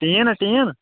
ٹیٖن نہ ٹیٖن